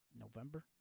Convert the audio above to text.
November